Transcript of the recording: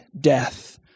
death